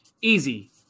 Easy